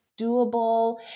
doable